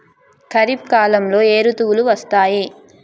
ఖరిఫ్ కాలంలో ఏ ఋతువులు వస్తాయి?